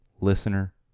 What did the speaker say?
Listener